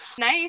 Nice